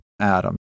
Adam